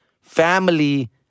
family